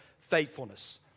faithfulness